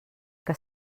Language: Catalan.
que